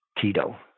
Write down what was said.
Tito